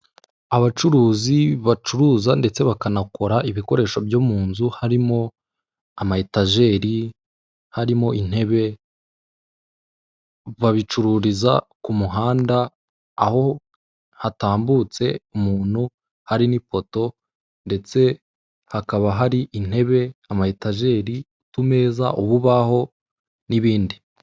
Abacuruzi bacuruza ndetse bakanakora ibikoresho byo mu nzu harimo ama etajeri, harimo intebe, babicururiza ku muhanda aho hatambutse umuntu hari n'ipoto ndetse hakaba hari intebe, ama etajeri, utumeza, ububaho n'ibindi.